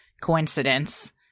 coincidence